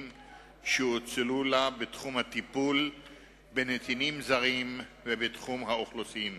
שהואצלו לה בתחום הטיפול בנתינים זרים ובתחום האוכלוסין.